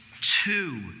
two